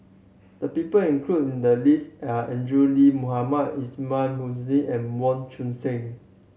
the people included in the list are Andrew Lee Mohamed Ismail and Mong Tuang Seng